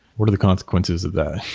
what are the consequences of that?